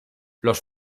los